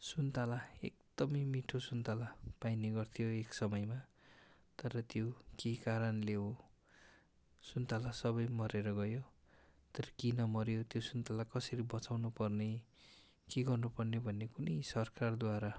सुन्तला एकदमै मिठो सुन्तला पाइने गर्थ्यो एक समयमा तर त्यो के कारणले हो सुन्तला सबै मरेर गयो तर किन मर्यो त्यो सुन्तला कसरी बचाउनुपर्ने के गर्नुपर्ने भन्ने कुनै सरकारद्वारा